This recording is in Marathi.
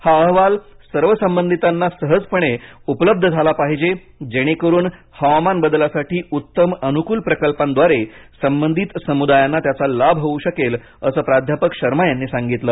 हा अहवाल सर्व संबंधितांना सहजपणे उपलब्ध झाला पाहिजे जेणेकरुन हवामान बदलासाठी उत्तम अनुकूल प्रकल्पांद्वारे संबंधित समुदायांना त्याचा लाभ होऊ शकेल असं प्राध्यापक शर्मा यांनी सांगितलं